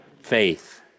faith